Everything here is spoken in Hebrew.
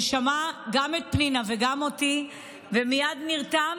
ששמע גם את פנינה וגם אותי ומייד נרתם,